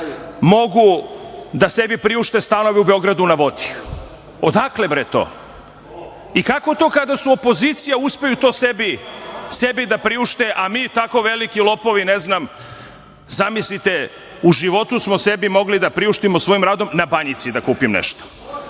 mogu da sebi priušte stanove u Beogradu na vodi. Odakle, bre, to? Kako to kada su opozicija uspeju to sebi da priušte, a mi tako veliki lopovi, ne znam, zamislite, u životu smo sebi mogli da priuštimo svojim radom na Banjici da kupim nešto.